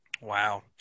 wow